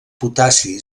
potassi